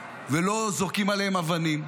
ולא זורקים עליהן אבנים.